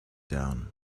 down